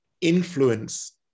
influence